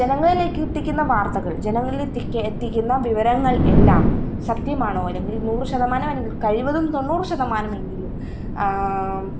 ജനങ്ങൾലേക്ക് എത്തിക്കുന്ന വാര്ത്തകള് ജനങ്ങളിലേക്ക് എത്തിക്കുന്ന വിവരങ്ങള് എല്ലാം സത്യമാണൊ അല്ലെങ്കില് നൂറ് ശതമാനം അല്ലെങ്കില് കഴിവതും തൊണ്ണൂറ് ശതമാനമെങ്കിലും